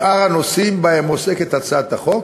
שאר הנושאים שבהם עוסקת הצעת החוק